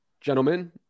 Gentlemen